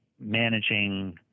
managing